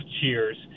Cheers